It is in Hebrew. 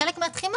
חלק מהתחימה,